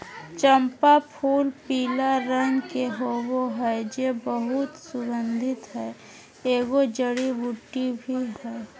चम्पा फूलपीला रंग के होबे हइ जे बहुत सुगन्धित हइ, एगो जड़ी बूटी भी हइ